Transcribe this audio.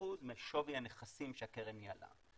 3.5% משווי הנכסים שהקרן ניהלה,